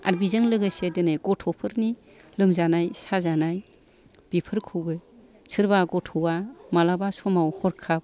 आरो बिजों लोगोसे दिनै गथ'फोरनि लोमजानाय साजानाय बेफोरखौबो सोरबा गथ'आ मालाबा समाव हरखाब